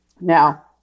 Now